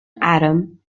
atom